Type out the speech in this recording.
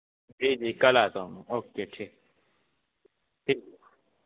جی جی کل آتا ہوں اوکے ٹھیک ٹھیک